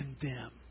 condemn